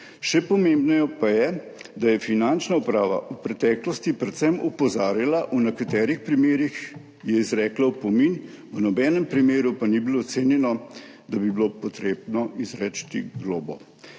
še pomembneje pa je, da je Finančna uprava v preteklosti predvsem opozarjala, v nekaterih primerih je izrekla opomin, v nobenem primeru pa ni bilo ocenjeno, da bi bilo potrebno izreči globo.